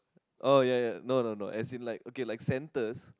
oh ya ya no no no as in like okay like centres